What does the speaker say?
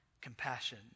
compassion